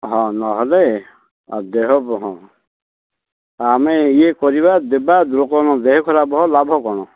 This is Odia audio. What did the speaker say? ହଁ ନହେଲେ ଆଉ ଦେହ ହଁ ଆମେ ଇଏ କରିବା ଦେବା କ'ଣ ଦେହ ଖରାପ ହବ ଲାଭ କ'ଣ